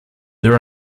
there